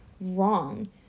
wrong